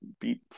beat